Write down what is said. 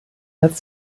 hat